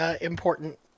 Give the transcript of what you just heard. important